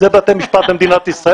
אלה בתי המשפט במדינת ישראל.